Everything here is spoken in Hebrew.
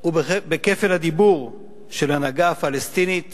הוא בכפל הדיבור של ההנהגה הפלסטינית